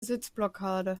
sitzblockade